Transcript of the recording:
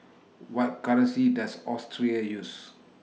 What currency Does Austria use